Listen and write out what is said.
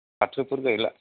फाथोफोर गायला